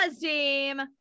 team